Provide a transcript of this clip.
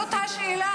זו השאלה